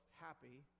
Happy